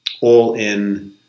all-in